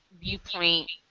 viewpoint